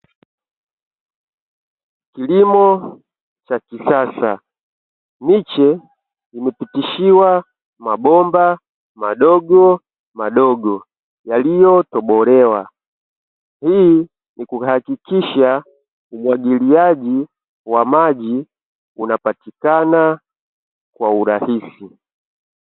Kilimo cha kisasa, miche imepitishiwa mabomba madogo madogo yaliyo tobolewa hii huhakikisha umwagiliaji wa maji unapatikana kwa urahisi.